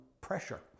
pressure